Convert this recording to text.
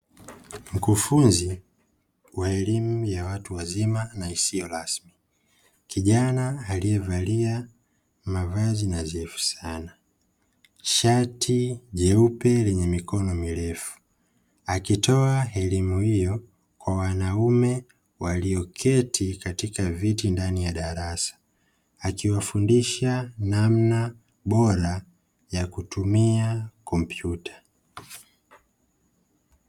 Mkufunzi wa elimu ya watu wazima na isiyo rasmi, kijana aliyevalia mavazi nadhifu sana; shati jeupe lenye mikono mirefu, akitoa elimu hiyo kwa wanaume walioketi katika viti ndani ya darasa; akiwafundisha namna bora ya kutumia kompyuta.